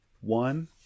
one